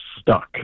stuck